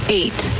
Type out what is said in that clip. eight